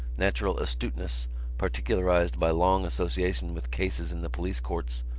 natural astuteness particularised by long association with cases in the police courts,